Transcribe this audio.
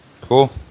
Cool